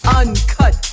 uncut